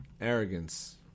arrogance